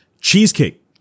Cheesecake